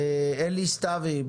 אלי סתוי,